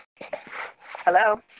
Hello